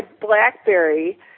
BlackBerry